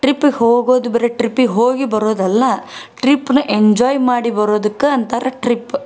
ಟ್ರಿಪ್ಪಿಗೆ ಹೋಗೋದು ಬರೀ ಟ್ರಿಪ್ಪಿಗೆ ಹೋಗಿ ಬರೋದಲ್ಲ ಟ್ರಿಪ್ಪನ್ನ ಎಂಜಾಯ್ ಮಾಡಿ ಬರೋದಕ್ಕೆ ಅಂತಾರೆ ಟ್ರಿಪ್